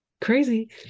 crazy